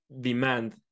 demand